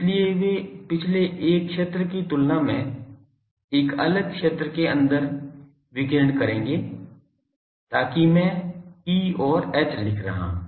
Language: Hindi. इसलिए वे पिछले एक क्षेत्र की तुलना में एक अलग क्षेत्र के अंदर विकीर्ण करेंगे ताकि मैं E और H लिख रहा हूं